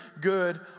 good